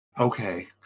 Okay